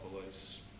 police